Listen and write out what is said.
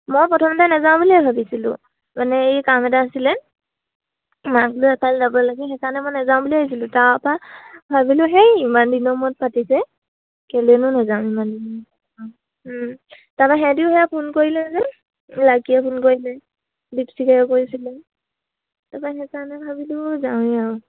মই প্ৰথমতে নেযাওঁ বুলিয়ে ভাবিছিলোঁ মানে এই কাম এটা আছিলে মাকলৈ এপালে যাব লাগে সেইকাৰণে মই নেযাওঁ বুলিয়ে ভাবিছিলোঁ তাৰপা ভাবিলোঁ সেই ইমান দিনৰ মূৰত পাতিছে কেলেনো নেযাওঁ ইমান দিনৰ তাৰপা সেহেঁতিও সেয়া ফোন কৰিলে যে লাকীয়ে ফোন কৰিলে দীপশিখাই কৰিছিলে তাপা সেইকাৰণে ভাবিলো যাওঁৱেই আৰু